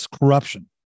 Corruption